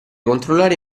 controllare